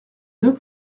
deux